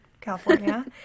California